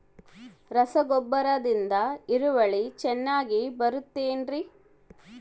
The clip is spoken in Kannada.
ರಸಗೊಬ್ಬರದಿಂದ ಇಳುವರಿ ಚೆನ್ನಾಗಿ ಬರುತ್ತೆ ಏನ್ರಿ?